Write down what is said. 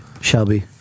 Shelby